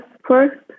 first